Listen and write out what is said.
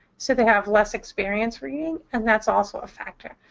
so they have less experience reading. and that's also a factor.